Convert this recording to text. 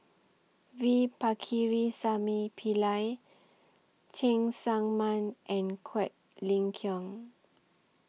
V Pakirisamy Pillai Cheng Tsang Man and Quek Ling Kiong